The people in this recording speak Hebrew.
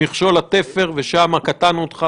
מכשול התפר, ושם קטענו אותך.